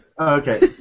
Okay